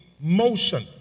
motion